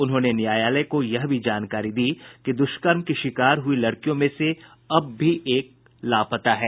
उन्होंने न्यायालय को यह भी जानकारी दी कि दुष्कर्म की शिकार हुई लड़कियों में से एक अब भी लापता है